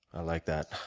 i like that.